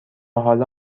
حالا